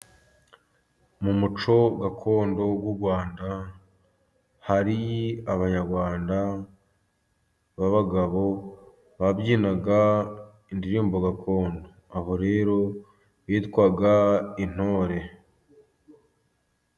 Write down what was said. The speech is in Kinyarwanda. Mu muco gakondo w'u Rwanda hari abanyarwanda b'abagabo babyinaga indirimbo gakondo, abo rero bitwaga intore.